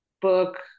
book